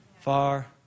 Far